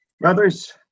Brothers